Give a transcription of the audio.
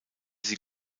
sie